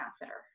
catheter